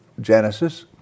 Genesis